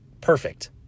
perfect